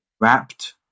wrapped